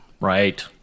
Right